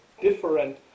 different